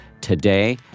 today